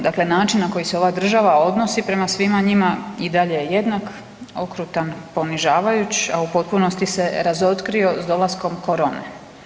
Dakle, način na koji se ova država odnosi prema svima njima i dalje je jednak, okrutan, ponižavajuć, a u potpunosti se razotkrio s dolaskom korone.